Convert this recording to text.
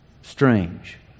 strange